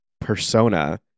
persona